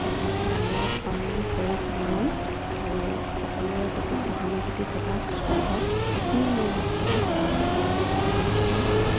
ডাঙৰক সন্মান সৰুক মৰম আৰু সকলোৰে প্ৰতি সহানুভূতি থকা হওক এইখিনি মই বিচাৰো মানুহজনো সৎ